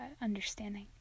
understanding